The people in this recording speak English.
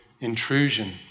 intrusion